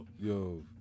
Yo